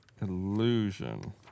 Illusion